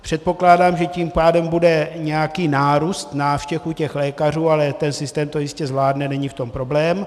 Předpokládám, že tím pádem bude nějaký nárůst návštěv u lékařů, ale ten systém to jistě zvládne, není v tom problém.